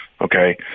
okay